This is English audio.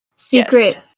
Secret